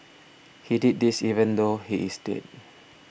he did this even though he is dead